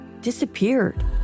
disappeared